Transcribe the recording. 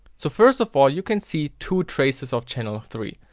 so first of all you can see two traces of channel three.